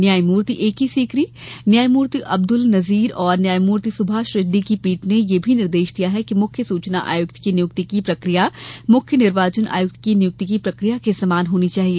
न्यायमूर्ति A K Sikri न्यायमूर्ति अब्दुल नजीर और न्यायमूर्ति सुभाष रेड्डी की पीठ ने यह भी निर्देश दिया कि मुख्य सूचना आयुक्त की नियुक्ति की प्रक्रिया मुख्य निर्वाचन आयुक्त की नियुक्ति की प्रक्रिया के समान होनी चाहिए